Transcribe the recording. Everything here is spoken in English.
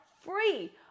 free